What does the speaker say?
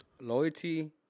loyalty